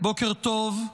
בוקר טוב.